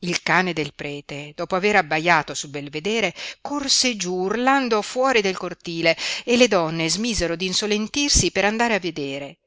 il cane del prete dopo aver abbaiato sul belvedere corse giú urlando fuori del cortile e le donne smisero d'insolentirsi per andare a vedere